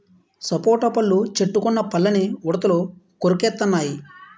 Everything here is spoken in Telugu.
సపోటా పళ్ళు చెట్టుకున్న పళ్ళని ఉడతలు కొరికెత్తెన్నయి